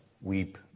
weep